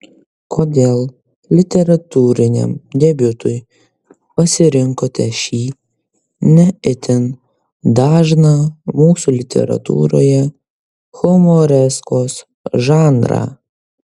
kodėl literatūriniam debiutui pasirinkote šį ne itin dažną mūsų literatūroje humoreskos žanrą